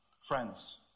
Friends